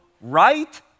right